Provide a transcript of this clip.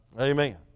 Amen